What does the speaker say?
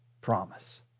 promise